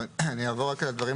אני לא אעבור על הדברים